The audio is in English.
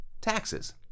taxes